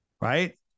right